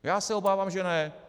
Já se obávám že ne.